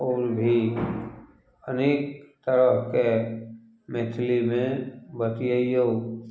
आओर भी अनेक तरहके मैथिलीमे बतियैयौ